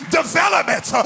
development